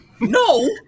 No